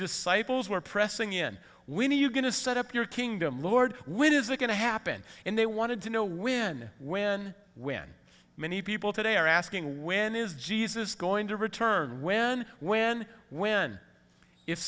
disciples were pressing in when you going to set up your kingdom lord when is it going to happen and they wanted to know when when when many people today are asking when is jesus going to return when when when if